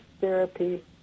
Therapy